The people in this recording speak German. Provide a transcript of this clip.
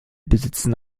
besitzen